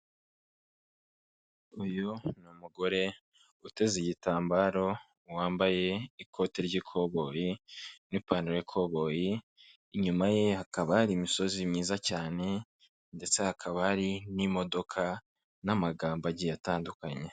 Uyu ni umugore uteze igitambaro wambaye ikoti ry'ikoboyi n'ipantaro y'ikoboyi, inyuma ye hakaba hari imisozi myiza cyane ndetse hakaba hari n'imodoka n'amagambo agiye atandukanye.